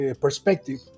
perspective